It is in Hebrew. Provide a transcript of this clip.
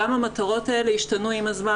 גם המטרות האלה השתנו עם הזמן.